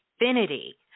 infinity